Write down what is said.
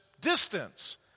distance